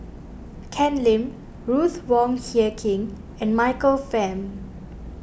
Ken Lim Ruth Wong Hie King and Michael Fam